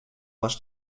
was